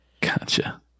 Gotcha